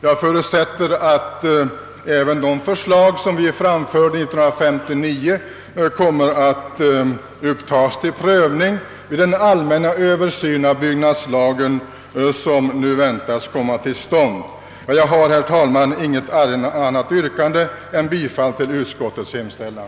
Jag förutsätter att även de förslag som vi framförde 1959 kommer att upptas till prövning vid den allmänna översyn av byggnadslagen som nu väntas komma till stånd. Jag har, herr talman, inget annat yrkande än om bifall till utskottets hemställan.